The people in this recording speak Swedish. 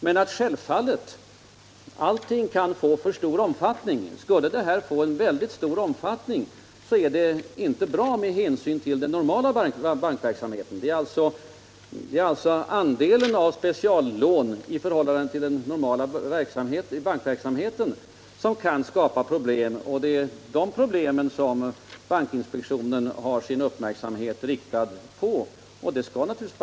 Men allting kan självfallet få för stor omfattning; skulle specialinlåningen bli alltför stor kan detta få negativa konsekvenser för den normala bankverksamheten. Det är alltså andelen speciallån i förhållande till den normala bankverksamheten som kan skapa problem, och bankinspektionen har sin uppmärksamhet riktad på detta.